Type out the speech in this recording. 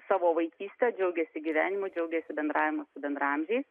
savo vaikyste džiaugiasi gyvenimu džiaugiasi bendravimu su bendraamžiais